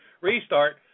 restart